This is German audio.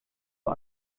nur